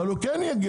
אבל הוא כן יגיע.